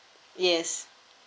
yes